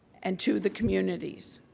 and to the communities.